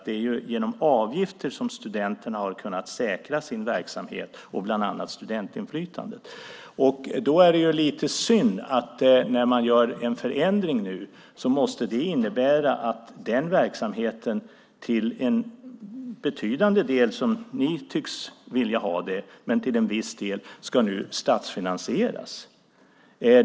Det är genom avgifter som studenterna har kunnat säkra sin verksamhet, bland annat studentinflytandet. Det är lite synd att när en förändring görs, måste det innebära att den verksamheten, till betydande del som ni tycks vilja ha det, till viss del ska statsfinansieras.